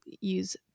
use